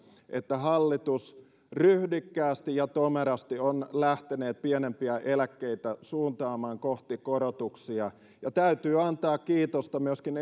että hallitus ryhdikkäästi ja tomerasti on lähtenyt pienempiä eläkkeitä suuntaamaan kohti korotuksia täytyy antaa kiitosta myöskin